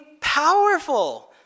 powerful